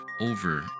over